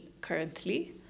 currently